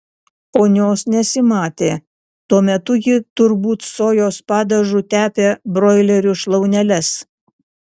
ponios nesimatė tuo metu ji turbūt sojos padažu tepė broilerių šlauneles